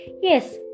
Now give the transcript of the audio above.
Yes